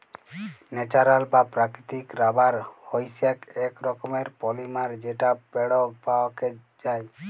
natural বা প্রাকৃতিক rubber হইসেক এক রকমের পলিমার যেটা পেড় পাওয়াক যায়